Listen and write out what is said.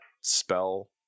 spell